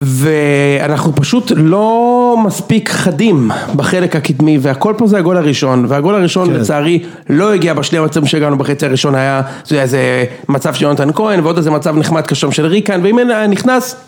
ואנחנו פשוט לא מספיק חדים בחלק הקדמי והכל פה זה הגול הראשון והגול הראשון לצערי לא הגיע בשני המצבים שגרנו בחצי הראשון היה זה היה איזה מצב של יונתן כהן ועוד איזה מצב נחמד כשם של ריקן ואם אינה נכנס